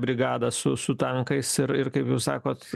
brigadą su su tankais ir ir kaip jūs sakot